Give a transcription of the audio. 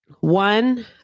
One